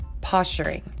posturing